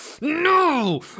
no